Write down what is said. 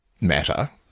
matter